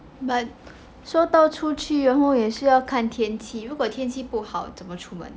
but 说到出去也是要看天气如果天气不好怎么出门